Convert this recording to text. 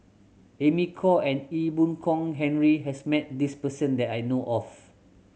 Amy Khor and Ee Boon Kong Henry has met this person that I know of